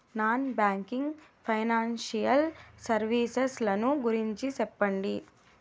Non banking financial services ల గురించి సెప్పండి?